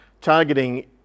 targeting